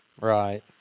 Right